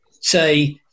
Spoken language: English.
say